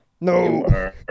no